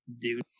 Dude